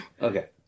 Okay